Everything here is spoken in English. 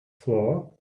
floor